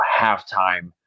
halftime